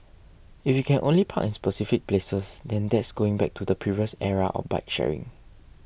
if you can only park in specific places then that's going back to the previous era of bike sharing